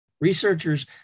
Researchers